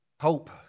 Hope